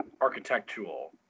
architectural